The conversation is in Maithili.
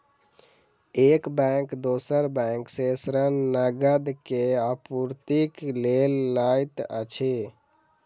एक बैंक दोसर बैंक सॅ ऋण, नकद के आपूर्तिक लेल लैत अछि